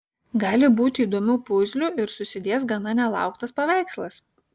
gali būti įdomių puzlių ir susidės gana nelauktas paveikslas